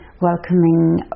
welcoming